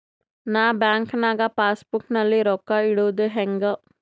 ನಾ ಬ್ಯಾಂಕ್ ನಾಗ passbook ನಲ್ಲಿ ರೊಕ್ಕ ಇಡುದು ಹ್ಯಾಂಗ್?